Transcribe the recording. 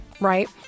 right